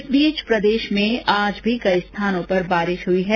इस बीच प्रदेश में आज भी कई स्थानों पर बारिश हुई है